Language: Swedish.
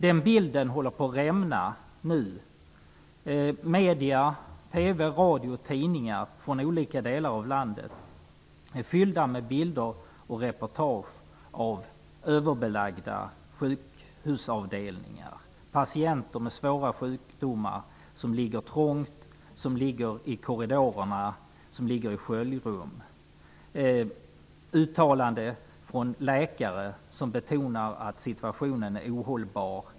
Den bilden håller på att rämna nu. Medierna -- TV, radio och tidningar från olika delar av landet -- är fyllda med bilder på och reportage om överbelagda sjukhusavdelningar. Det är patienter med svåra sjukdomar som ligger trångt, som ligger i korridorerna, som ligger i sköljrum. Det förekommer uttalanden från läkare som betonar att situationen är ohållbar.